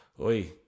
Oi